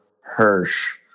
Hirsch